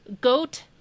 goat